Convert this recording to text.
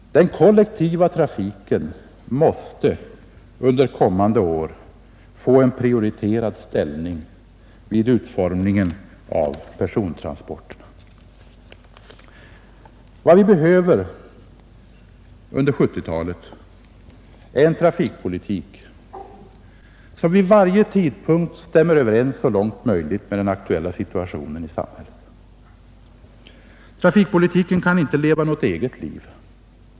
Den kollektiva trafiken måste under kommande år få en prioriterad ställning vid utformningen av persontransporterna. Vad vi behöver under 1970-talet är en trafikpolitik som vid varje tidpunkt stämmer överens så långt möjligt med den aktuella situationen i samhället. Trafikpolitiken kan inte leva något eget liv.